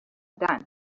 done